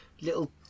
little